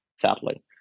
sadly